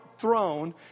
throne